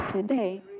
today